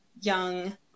young